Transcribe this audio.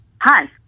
Hi